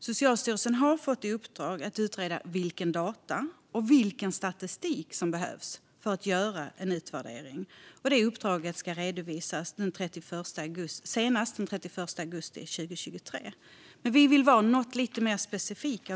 Socialstyrelsen har fått i uppdrag att utreda vilka data och vilken statistik som behövs för att göra en utvärdering, och det uppdraget ska redovisas senast den 31 augusti 2023. Men vi vill vara lite mer specifika.